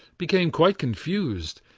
became quite confused,